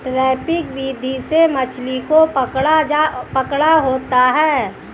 trapping विधि से मछली को पकड़ा होता है